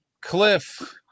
Cliff